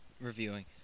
reviewing